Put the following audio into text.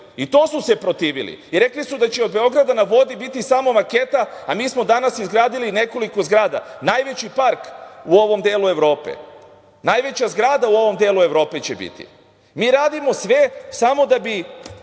i to su se protivili i rekli su da će od „Beograda na vodi“ biti samo maketa, a mi smo danas izgradili nekoliko zgrada, najveći park u ovom delu Evrope, najveća zgrada u ovom delu Evrope će biti. Mi radimo sve samo da bi